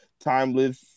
timeless